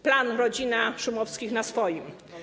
Plan: rodzina Szumowskich na swoim.